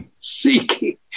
seeking